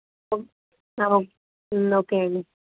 okay అండి